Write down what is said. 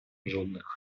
жодних